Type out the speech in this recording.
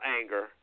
anger